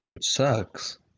sucks